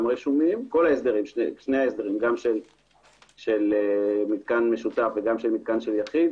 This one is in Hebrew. רשומים שני ההסדרים גם של מתקן משותף וגם של מתקן של יחיד